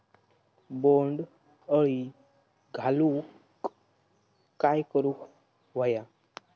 बोंड अळी घालवूक काय करू व्हया?